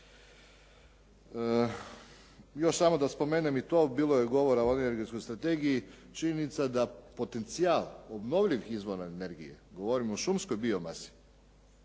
Još samo da spomenem i to bilo je govora o energetskoj strategiji. Činjenica da potencijal obnovljivih izvora energije, govorim o šumskoj bio masi